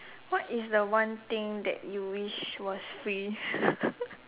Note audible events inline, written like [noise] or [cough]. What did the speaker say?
what is the one thing that you wish was free [laughs]